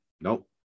Nope